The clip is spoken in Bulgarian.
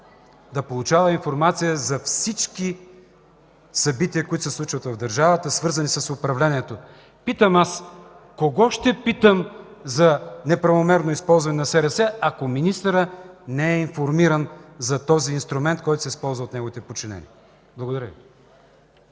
да получава информация за всички събития, които се случват в държавата, свързани с управлението. Питам аз: кого ще питам за неправомерно използване на СРС, ако министърът не е информиран за този инструмент, който се използва от неговите подчинени? Благодаря